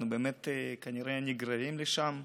אנחנו באמת כנראה נגררים לשם,